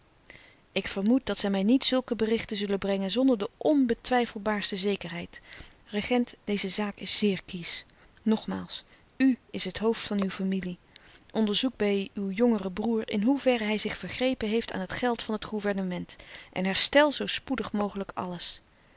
ik vermoed dat zij mij niet zulke berichten zullen brengen zonder de onbetwijfelbaarste zekerheid regent deze zaak is zeer kiesch nogmaals u is het hoofd van uw familie onderzoek bij uw jongeren broêr in hoeverre hij zich vergrepen heeft aan het geld van het gouvernement en herstel zoo spoedig mogelijk alles